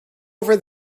over